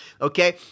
okay